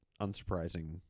unsurprising